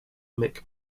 mick